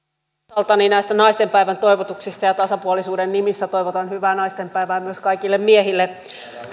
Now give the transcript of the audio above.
osaltani näistä naistenpäivän toivotuksista ja tasapuolisuuden nimissä toivotan hyvää naistenpäivää myös kaikille miehille